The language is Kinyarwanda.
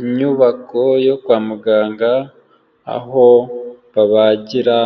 Inyubako yo kwa muganga aho babagira